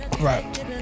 right